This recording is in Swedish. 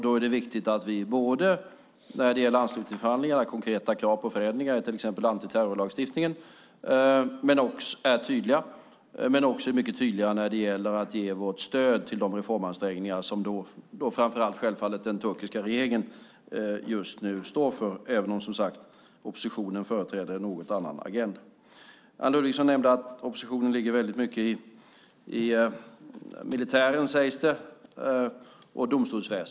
Det är viktigt att vi i anslutningsförhandlingarna är tydliga med konkreta krav på förändringar i antiterrorlagstiftningen och att vi ger vårt stöd till de reformansträngningar som den turkiska regeringen just nu står för, även om oppositionen företräder en något annan agenda. Anne Ludvigsson nämnde att oppositionen ligger mycket i militären och domstolsväsendet.